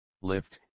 lift